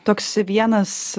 toks vienas